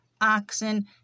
oxen